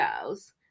girls